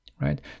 right